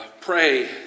pray